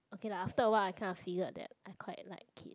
okay lah after a while I kind of figured that I quite like